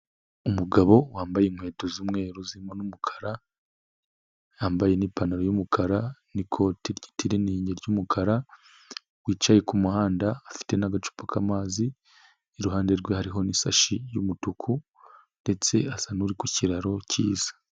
Umugabo wambaye inkweto z'umweru zirimo n'umukara, yambaye n'ipantaro y'umukara n'ikote ry'itiriningi ry'umukara wicaye ku muhanda afite n'agacupa k'amazi, iruhande rwe hariho n'isashi y'umutuku ndetse asa n'uri ku kiraro cyiza.